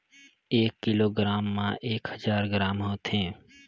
एक किलोग्राम म एक हजार ग्राम होथे